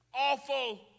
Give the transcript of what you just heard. awful